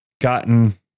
gotten